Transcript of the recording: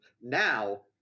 Now